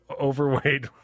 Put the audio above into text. overweight